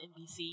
NBC